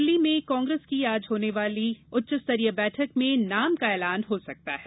नई दिल्ली में कांग्रेस की आज होने जा रही उच्चस्तरीय बैठक में नाम का ऐलान हो सकता है